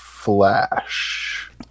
Flash